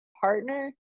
partner